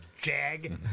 jag